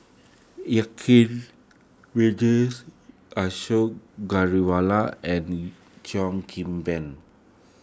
Kang Vijesh Ashok Ghariwala and Kim Ban